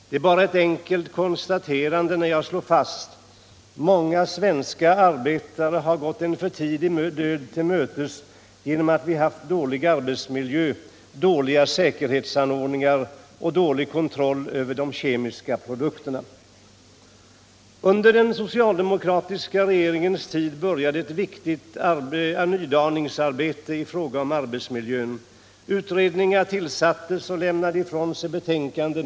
Det är bara ett enkelt konstaterande när jag slår fast: Många svenska arbetare har gått en för tidig död till mötes genom att vi haft dålig arbetsmiljö, dåliga säkerhetsanordningar och dålig kontroll av de kemiska produkterna. Under den socialdemokratiska regeringens tid började ett viktigt nydaningsarbete i fråga om arbetsmiljön. Utredningar tillsattes och lämnade från sig betänkanden.